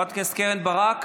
חברת הכנסת קרן ברק,